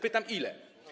Pytam, ile?